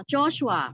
Joshua